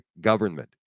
government